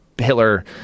hitler